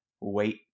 wait